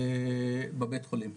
בבית חולים.